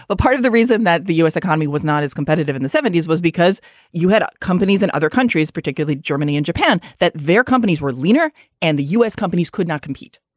a part of the reason that the us economy was not as competitive in the seventy s was because you had companies in other countries, particularly germany and japan, that their companies were leaner and the u s. companies could not compete.